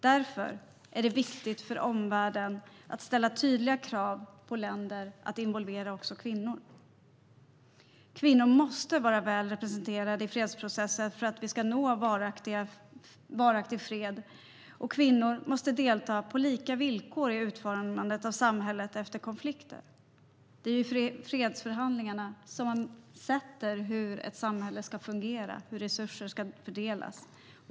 Därför är det viktigt för omvärlden att ställa tydliga krav på länder att involvera också kvinnor. Kvinnor måste vara väl representerade i fredsprocesser för att vi ska nå varaktig fred. Kvinnor måste delta på lika villkor i utformandet av samhället efter konflikter. Det är i fredsförhandlingarna man anger hur ett samhälle ska fungera och hur resurser ska fördelas.